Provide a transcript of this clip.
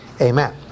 Amen